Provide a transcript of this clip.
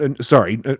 sorry